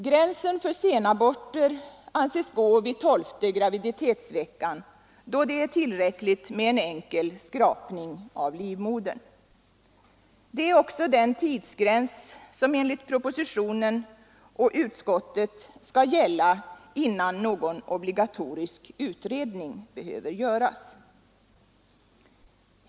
Gränsen för sena aborter anses gå vid tolfte graviditetsveckan, då det är tillräckligt med en enkel skrapning av livmodern. Det är också den tidsgräns som enligt propositionen och utskottsbetänkandet skall gälla innan någon obligatorisk utredning behöver göras.